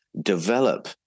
develop